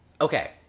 Okay